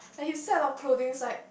like his set of clothings like